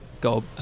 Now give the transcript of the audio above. go